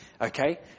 okay